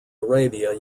arabia